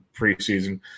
preseason